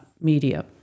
media